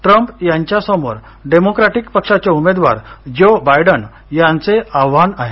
Trump यांच्यासमोर Democratic पक्षाचे उमेदवार ज्यो बायडन यांचे आव्हान आहे